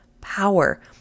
power